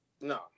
No